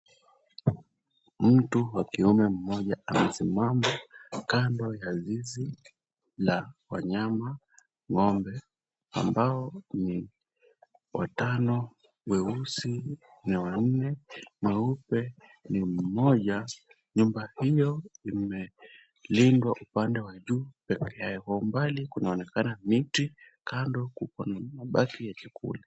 Mtu wa kiume mmoja amesimama kando ya zizi la wanyama. Ng'ombe ambao ni watano weusi na wanne weupe ni mmoja. Nyumba hiyo imelindwa upande wa juu pekee yake. Kwa umbali kunaonekana miti. Kando kuko na mabaki ya chakula.